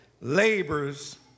labors